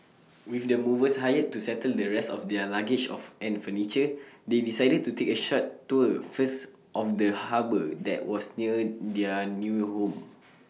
with the movers hired to settle the rest of their luggage of and furniture they decided to take A short tour first of the harbour that was near their new home